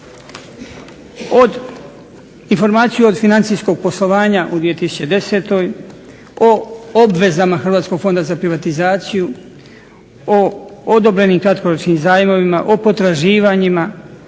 informaciju od financijskog poslovanja u 2010., o obvezama Hrvatskog fonda za privatizaciju, o odobrenim kratkoročnim zajmovima, o potraživanjima,